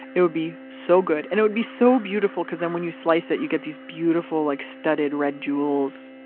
it would be so good and it would be so beautiful. because then when you slice it, you get these beautiful, like studded red jewels.